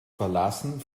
verlassen